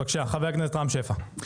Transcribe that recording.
בבקשה, חבר הכנסת רם שפע.